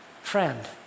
friend